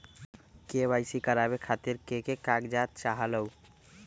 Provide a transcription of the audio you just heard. KYC करवे खातीर के के कागजात चाहलु?